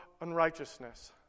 unrighteousness